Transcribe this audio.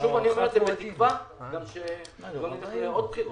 שוב אני אומר את זה, בתקווה שלא נלך לעוד בחירות.